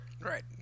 Right